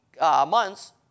months